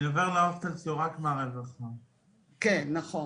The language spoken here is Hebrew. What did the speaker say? אני עובר להוסטל שהוא רק --- כן, נכון.